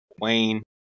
Wayne